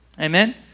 Amen